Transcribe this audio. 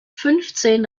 fünfzehn